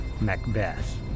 Macbeth